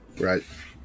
right